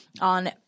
on